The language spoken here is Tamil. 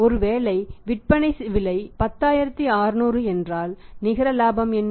ஒருவேளை விற்பனை விலை 10600 என்றால் நிகர இலாபம் என்ன